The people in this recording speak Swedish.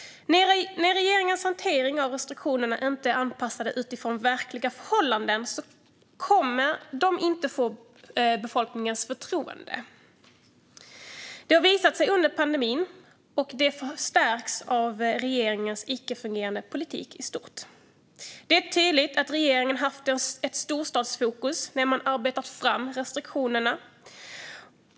När regeringens hantering av restriktionerna inte är anpassad efter verkliga förhållanden kommer man inte att få befolkningens förtroende. Det har visat sig under pandemin, och det förstärks av regeringens icke fungerande politik i stort. Det är tydligt att regeringen har haft ett storstadsfokus när man arbetat fram restriktionerna.